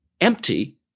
empty